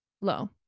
low